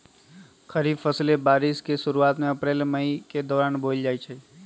खरीफ फसलें बारिश के शुरूवात में अप्रैल मई के दौरान बोयल जाई छई